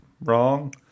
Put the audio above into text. wrong